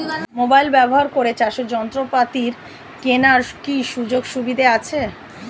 Mobile ব্যবহার করে চাষের যন্ত্রপাতি কেনার কি সুযোগ সুবিধা আছে?